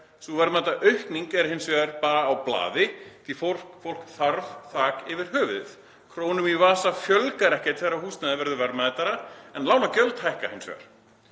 Sú verðmætaaukning er hins vegar bara á blaði því að fólk þarf þak yfir höfuðið. Krónum í vasa fjölgar ekkert þegar húsnæðið verður verðmætara, en lánagjöld hækka hins vegar.